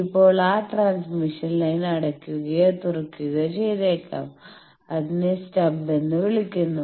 ഇപ്പോൾ ആ transmission line അടയ്ക്ക്കയോ തുറക്കുകയോ ചെയ്തേക്കാം അതിനെ സ്റ്റബ് എന്ന് വിളിക്കുന്നു